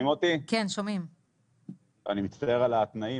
אני מצטער על התנאים,